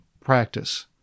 practice